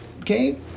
Okay